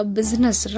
business